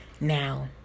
Now